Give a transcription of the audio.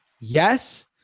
yes